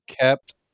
kept